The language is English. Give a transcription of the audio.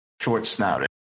Short-snouted